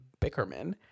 Bickerman